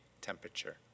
temperature